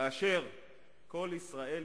כאשר "קול ישראל מירושלים",